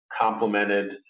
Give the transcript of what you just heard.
complemented